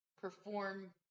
perform